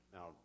Now